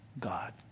God